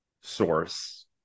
source